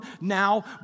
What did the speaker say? now